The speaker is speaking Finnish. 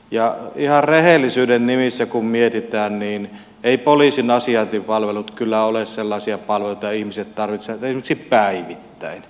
ja ihan rehellisyyden nimissä kun mietitään niin eivät poliisin asiointipalvelut kyllä ole sellaisia palveluita joita ihmiset tarvitsevat esimerkiksi päivittäin